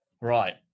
Right